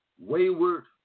wayward